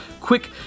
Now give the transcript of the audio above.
quick